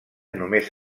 només